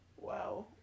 Wow